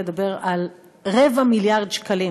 לדבר על רבע מיליארד שקלים